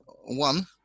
one